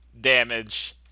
damage